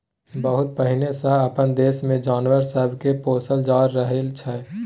बहुत पहिने सँ अपना देश मे जानवर सब के पोसल जा रहल छै